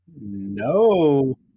no